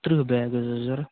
تٕرٛہ بیگ حظ ٲسۍ ضوٚرَتھ